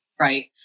right